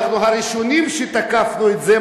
אנחנו הראשונים שתקפנו את זה,